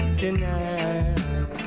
tonight